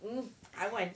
mmhmm I want